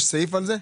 יש סעיף על זה?